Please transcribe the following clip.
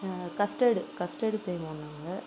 custard கஸ்ட்டடு செய்வோம் நாங்கள்